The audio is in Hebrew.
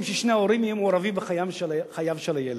ששני ההורים יהיו מעורבים בחייו של הילד?